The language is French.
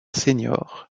senior